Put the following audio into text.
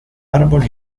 árbol